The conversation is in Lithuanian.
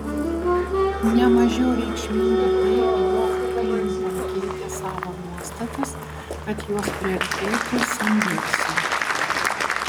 ne mažiau reikšminga tai jog klinton keitė savo nuostatas kad jos priartėtų sanderso